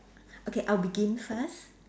okay I'll begin first